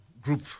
group